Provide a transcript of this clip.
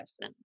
person